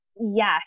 yes